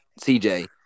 CJ